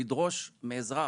לדרוש מאזרח,